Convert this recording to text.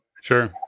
Sure